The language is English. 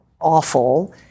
awful